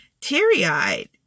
teary-eyed